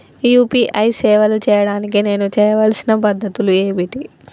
UPI సేవలు చేయడానికి నేను చేయవలసిన పద్ధతులు ఏమిటి?